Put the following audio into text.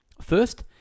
First